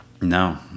No